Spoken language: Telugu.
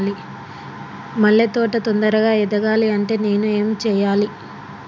మల్లె తోట తొందరగా ఎదగాలి అంటే నేను ఏం చేయాలి?